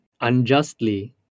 unjustly